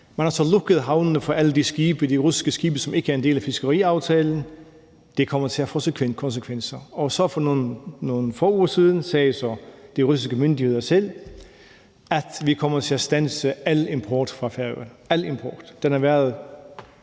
Man har så lukket havnene for alle de russiske skibe, som ikke er en del af fiskeriaftalen. Det kommer til at få konsekvenser. Så for nogle få uger siden sagde de russiske myndigheder selv, at de kommer til at standse al import fra Færøerne